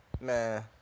Man